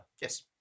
Yes